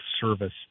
service